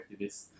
activists